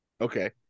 Okay